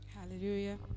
Hallelujah